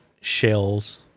shells